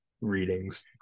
readings